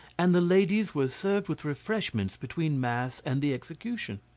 and the ladies were served with refreshments between mass and the execution.